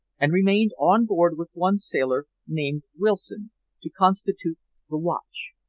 and remained on board with one sailor named wilson to constitute the watch.